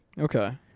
Okay